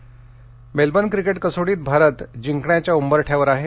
cricket Melbourne cricket कसोटीत भारत जिंकण्याच्या उंबरठ्यावर आहे